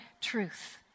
truth